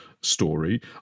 story